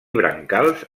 brancals